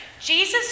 Jesus